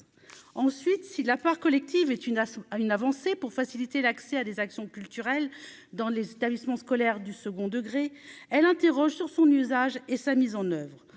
ensuite si la peur collective et tu n'as à une avancée pour faciliter l'accès à des actions culturelles dans les établissements scolaires du second degré, elle interroge sur son usage et sa mise en oeuvre